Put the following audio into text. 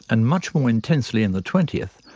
and much more intensely in the twentieth,